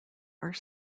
are